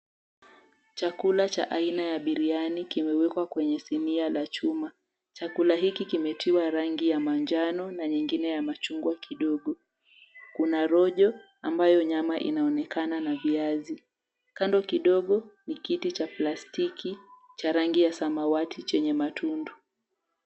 Chakula cha aina ya biryani k𝑖mewekwa kwenye sinia la chuma. Chakula ℎ𝑖𝑘𝑖 kimetiwa rangi ya manjano na nyingine ya machungwa kidogo. Kuna rojo ambayo nyama inaonekana na viazi. Kando kidogo ni kiti cha plastiki cha rangi ya samawati chenye matundu.